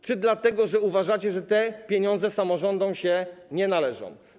Czy dlatego, że uważacie, że te pieniądze samorządom się nie należą.